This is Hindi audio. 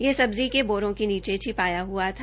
यह सब्जी के बोरों में नीचे छिपाया हुआ था